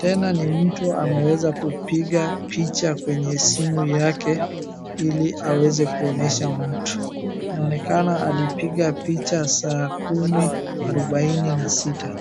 Tena ni mtu ameweza kupiga picha kwenye simu yake ili aweze kuonyesha mtu. Inaonekana alipiga picha saa kumi, arubaini na sita.